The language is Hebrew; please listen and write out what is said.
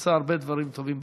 עושה הרבה דברים טובים בכנסת.